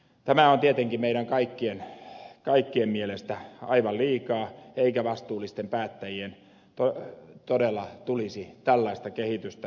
tämä on tietenkin meidän kaikkien mielestä aivan liikaa eikä vastuullisten päättäjien todella tulisi tällaista kehitystä hyväksyä